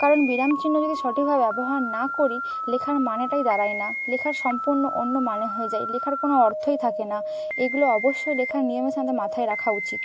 কারণ বিরাম চিহ্ন যদি সঠিকভাবে ব্যবহার না করি লেখার মানেটাই দাঁড়ায় না লেখার সম্পূর্ণ অন্য মানে হয়ে যায় লেখার কোনো অর্থই থাকে না এগুলো অবশ্যই লেখার নিয়মের সামনে মাথায় রাখা উচিত